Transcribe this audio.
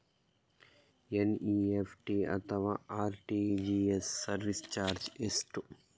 NEFT ಅಥವಾ RTGS service charge ಎಷ್ಟು?